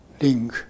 ring